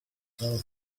tell